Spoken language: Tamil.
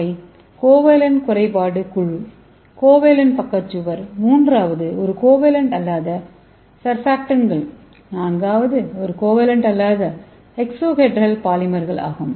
அவை கோவலன்ட் குறைபாடு குழு கோவலன்ட் பக்க சுவர் மூன்றாவது ஒன்று கோவலன்ட் அல்லாத சர்பாக்டான்ட்கள் நான்காவது ஒரு கோவலன்ட் அல்லாத எக்ஸோஹெட்ரல் பாலிமர்கள் ஆகும்